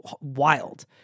wild